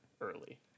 early